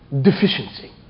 deficiency